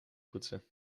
poetsen